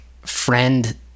friend